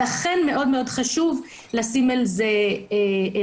לכן מאוד חשוב לשים על זה לב.